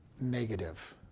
negative